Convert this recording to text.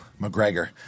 McGregor